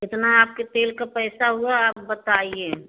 कितना आपके तेल का पैसा हुआ आप बताइए